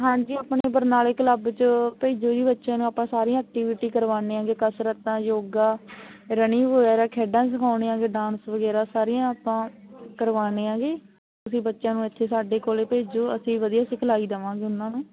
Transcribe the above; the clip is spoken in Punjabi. ਹਾਂਜੀ ਆਪਣੇ ਬਰਨਾਲੇ ਕਲੱਬ 'ਚ ਭੇਜੋ ਜੀ ਬੱਚਿਆਂ ਨੂੰ ਆਪਾਂ ਸਾਰੀਆਂ ਐਕਟੀਵਿਟੀ ਕਰਵਾਉਂਦੇ ਹੈਗੇ ਕਸਰਤਾਂ ਯੋਗਾ ਰਨਿੰਗ ਵਗੈਰਾ ਖੇਡਾਂ ਸਿਖਾਉਂਦੇ ਹੈਗੇ ਡਾਂਸ ਵਗੈਰਾ ਸਾਰੀਆਂ ਆਪਾਂ ਕਰਵਾਉਂਦੇ ਹਾਂ ਜੀ ਤੁਸੀਂ ਬੱਚਿਆਂ ਨੂੰ ਇੱਥੇ ਸਾਡੇ ਕੋਲ ਭੇਜੋ ਅਸੀਂ ਵਧੀਆ ਸਿਖਲਾਈ ਦੇਵਾਂਗੇ ਉਹਨਾਂ ਨੂੰ